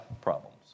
problems